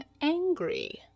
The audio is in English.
angry